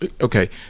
Okay